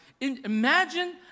Imagine